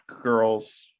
girls